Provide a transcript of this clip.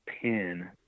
pin